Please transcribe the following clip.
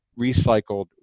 recycled